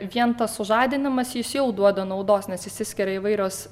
vien tas sužadinimas jis jau duoda naudos nes išsiskiria įvairios